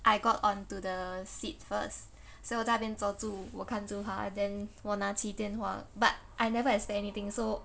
I got onto the seat first 所以我在那边坐住我看着她 then 我拿起电话 but I never expect anything so